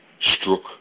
Struck